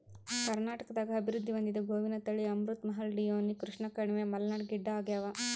ಕರ್ನಾಟಕದಾಗ ಅಭಿವೃದ್ಧಿ ಹೊಂದಿದ ಗೋವಿನ ತಳಿ ಅಮೃತ್ ಮಹಲ್ ಡಿಯೋನಿ ಕೃಷ್ಣಕಣಿವೆ ಮಲ್ನಾಡ್ ಗಿಡ್ಡಆಗ್ಯಾವ